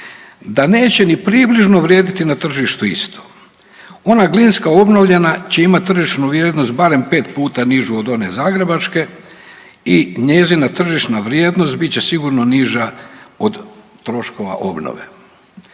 da neće ni približno vrijediti na tržištu isto. Ona glinska obnovljena će imati tržišnu vrijednost barem 5 puta nižu od one zagrebačke i njezina tržišna vrijednost bit će sigurno niža od troškova obnove.